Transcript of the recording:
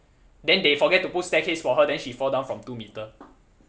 then they forget to put staircase for her then she fall down from two meter